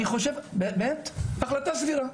אני חושב שזו החלטה סבירה,